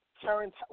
Terrence